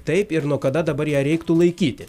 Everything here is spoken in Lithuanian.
taip ir nuo kada dabar ją reiktų laikyti